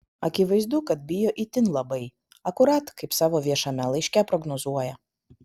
akivaizdu kad bijo itin labai akurat kaip savo viešame laiške prognozuoja